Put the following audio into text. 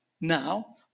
Now